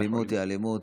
אלימות היא אלימות,